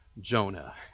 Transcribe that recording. Jonah